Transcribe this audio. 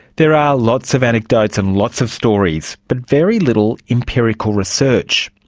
there are lots of anecdotes and lots of stories, but very little empirical research.